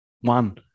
one